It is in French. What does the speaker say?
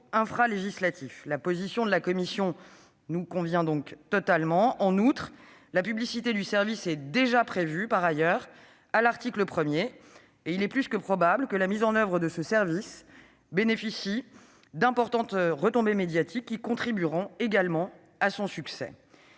infralégislatif. La position de la commission nous convient donc totalement. En outre, la publicité du service est déjà prévue à l'article 1 et il est plus que probable que la mise en oeuvre de ce service bénéficie d'importantes retombées médiatiques qui contribueront également à son succès.